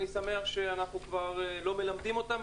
אני שמח שאנחנו כבר לא מלמדים אותם,